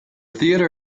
theater